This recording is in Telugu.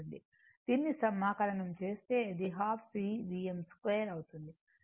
దీన్ని సమాకలనం చేస్తే ఇది ½ C Vm 2 అవుతుంది